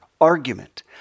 argument